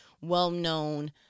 well-known